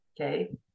okay